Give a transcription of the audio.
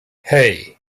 hey